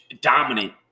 dominant